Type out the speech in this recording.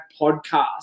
podcast